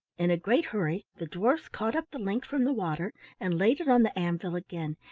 in a great hurry the dwarfs caught up the link from the water and laid it on the anvil again,